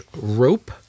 Rope